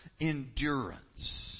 endurance